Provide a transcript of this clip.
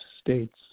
states